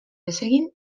desegin